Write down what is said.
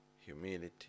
humility